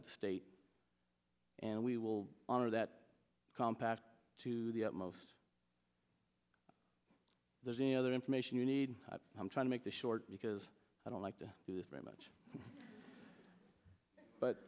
with state and we will honor that compact to the utmost there's any other information you need i'm trying to make this short because i don't like to do this very much but